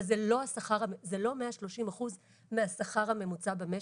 זה לא 130 אחוז מהשכר הממוצע במשק,